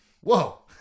Whoa